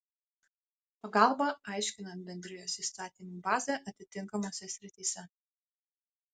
pagalbą aiškinant bendrijos įstatymų bazę atitinkamose srityse